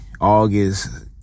August